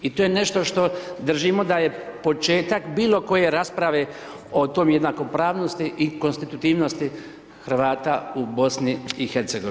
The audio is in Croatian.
I to je nešto što držimo da je početak bilo koje rasprave o toj jednakopravnosti i konstitutivnosti Hrvata u BIH.